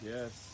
Yes